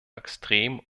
extrem